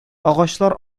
агачлар